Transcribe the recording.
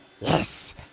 Yes